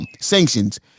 sanctions